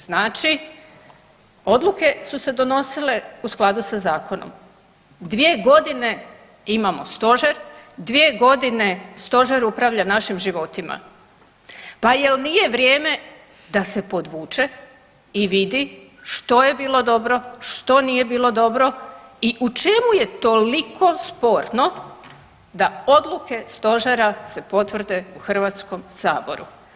Znači odluke su se donosile u skladu sa zakonom, dvije godine imamo stožer, dvije godine stožer upravlja našim životima, pa jel nije vrijeme da se podvuče i vidi što je bilo dobro, što nije bilo dobro i u čemu je toliko sporno da odluke stožera se potvrde u HS-u?